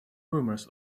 rumors